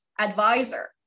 advisor